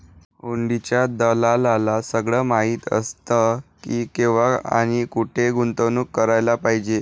हुंडीच्या दलालाला सगळं माहीत असतं की, केव्हा आणि कुठे गुंतवणूक करायला पाहिजे